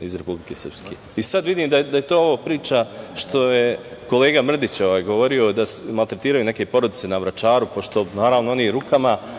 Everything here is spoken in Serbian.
iz Republike Srpske. Sada vidim da je ovo priča što je kolega Mrdić govorio, da maltretirao neke porodice na Vračaru, pošto, naravno, oni rukama